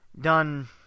done